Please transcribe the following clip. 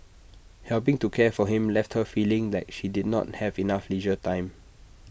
helping to care for him left her feeling like she did not have enough leisure time